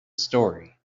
story